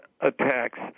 attacks